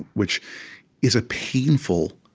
which is a painful,